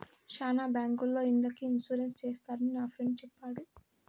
శ్యానా బ్యాంకుల్లో ఇండ్లకి ఇన్సూరెన్స్ చేస్తారని నా ఫ్రెండు చెప్పాడు